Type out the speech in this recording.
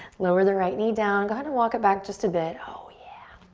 lower the right knee down. go ahead and walk it back just a bit. oh, yeah.